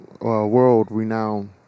world-renowned